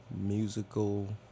musical